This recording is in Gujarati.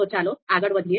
તો ચાલો આગળ વધીએ